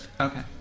Okay